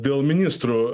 dėl ministrų